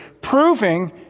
proving